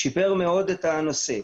וזה שיפר מאוד את הנושא.